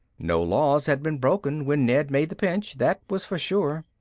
no laws had been broken when ned made the pinch, that was for sure.